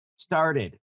started